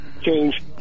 change